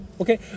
Okay